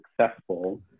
successful